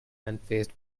unfazed